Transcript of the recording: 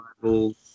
Rivals